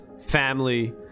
family